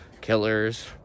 killers